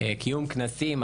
קיום כנסים,